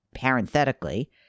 parenthetically